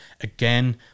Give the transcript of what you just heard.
again